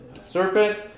Serpent